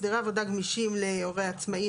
הסדרי עבודה גמישים להורה עצמאי),